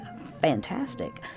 fantastic